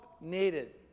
needed